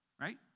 right